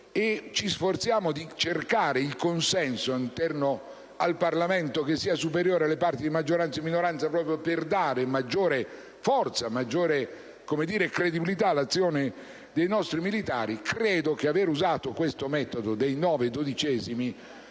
ci sforziamo di cercare un consenso all'interno del Parlamento che sia superiore alle parti di maggioranza e minoranza proprio per dare maggiore forza e credibilità all'azione dei nostri militari, credo che l'aver usato questo metodo dei nove dodicesimi